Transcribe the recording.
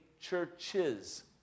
churches